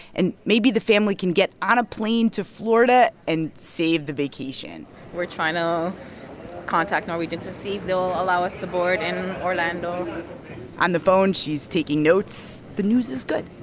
and maybe the family can get on a plane to florida and save the vacation we're trying to contact norwegian to see if they'll allow us to board in orlando on the phone, she's taking notes. the news is good